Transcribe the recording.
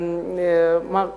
מר כחלון,